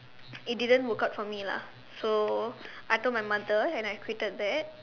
it didn't work out for me lah so I told my mother and I quitted that